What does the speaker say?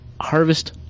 Harvest